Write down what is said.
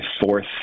fourth